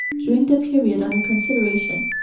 during the period under consideration,